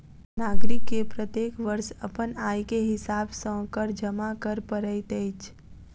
नागरिक के प्रत्येक वर्ष अपन आय के हिसाब सॅ कर जमा कर पड़ैत अछि